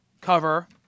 cover